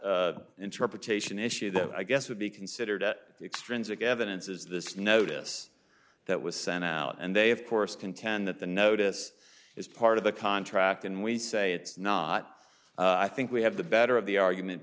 contract interpretation issue that i guess would be considered at extrinsic evidence is this notice that was sent out and they of course contend that the notice is part of the contract and we say it's not i think we have the better of the argument